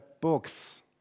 books